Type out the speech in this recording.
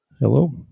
hello